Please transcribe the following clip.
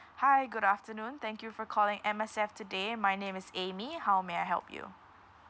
hi good afternoon thank you for calling M_S_F today my name is amy how may I help you